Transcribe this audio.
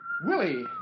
Willie